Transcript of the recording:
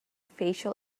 facial